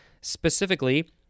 specifically